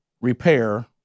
repair